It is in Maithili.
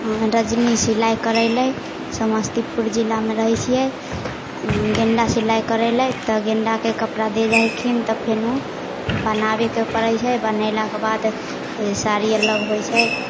हम रजनी सिलाइ करैलए समस्तीपुर जिलामे रहै छिए गेण्डा सिलाइ करैलए तऽ गेण्डाके कपड़ा दऽ जाए छथिन तऽ फेर बनाबैके पड़ै छै बनेलाके बाद ओ साड़ी अलग होइ छै